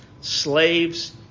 Slaves